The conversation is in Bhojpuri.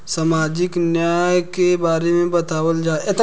सामाजिक न्याय के बारे में बतावल जाव?